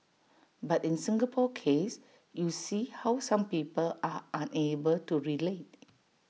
but in Singapore case you see how some people are unable to relate